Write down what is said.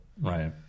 Right